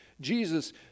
Jesus